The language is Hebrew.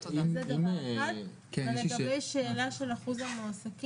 אבל כן חשוב להגיד, שהצמדה לשכר הממוצע